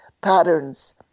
patterns